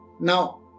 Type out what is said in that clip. Now